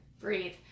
breathe